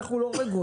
אנחנו לא רגועים,